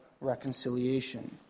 reconciliation